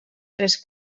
tres